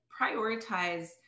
prioritize